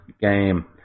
game